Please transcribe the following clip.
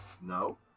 no